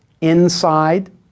inside